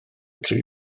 tri